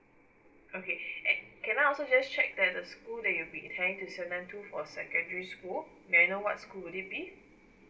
okay eh can I also just check that the school that you'll be intending to send them to for secondary school may I know what school will it be